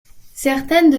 certaines